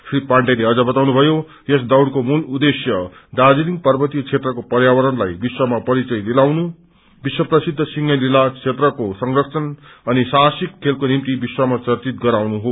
श्री पाण्डेले अझ वताउनुभयो यस दौड़को मूल उद्खेश्य दार्जीलिङ पार्वतीय क्षेत्रको पर्यावरणलाई विश्वमा परिचय दिलाउन विश्वप्रसिद्ध सिहंलीला क्षेत्रको संरक्षण अनि साहसिक खेलको निम्ति विश्वमा चर्चित गराउनु हो